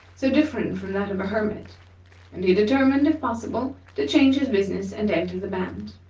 so different from that of a hermit and he determined, if possible, to change his business and enter the band.